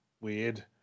Weird